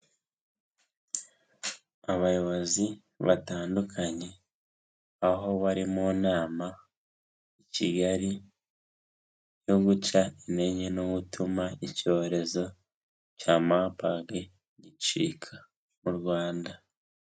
Abayobozi batandukanye aho bari mu nama i Kigali, yo guca intege no gutuma icyorezo cya Marburg gicika mu Rwanda.